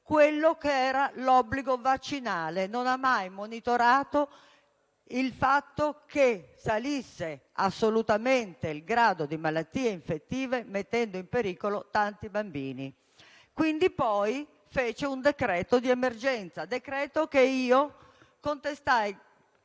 controllato l'obbligo vaccinale; non ha mai monitorato il fatto che salisse assolutamente il grado di malattie infettive, mettendo in pericolo tanti bambini. Successivamente si fece un decreto di emergenza, che io contestai